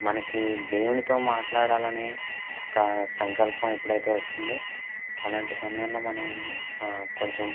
మనకి దేవునితో మాట్లాడాలనే ఒక సంకల్పం ఎప్పుడైతే వస్తుందో అలాంటి సమయంలో మనం కొంచెం